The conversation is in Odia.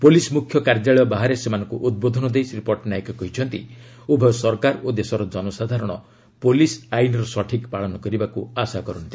ପୁଲିସ୍ ମୁଖ୍ୟ କାର୍ଯ୍ୟାଳୟ ବାହାରେ ସେମାନଙ୍କୁ ଉଦ୍ବୋଧନ ଦେଇ ଶ୍ରୀ ପଟ୍ଟନାୟକ କହିଛନ୍ତି ଉଭୟ ସରକାର ଓ ଦେଶର ଜନସାଧାରଣ ପୁଲିସ୍ ଆଇନ୍ର ସଠିକ୍ ପାଳନ କରିବାକୁ ଆଶା କରନ୍ତି